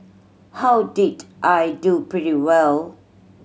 how did I do pretty well